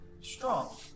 strong